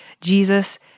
Jesus